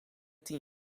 tien